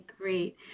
great